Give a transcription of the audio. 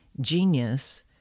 genius